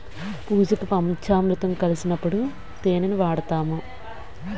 పూజకి పంచామురుతం కలిపినప్పుడు తేనిని వాడుతాము